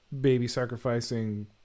baby-sacrificing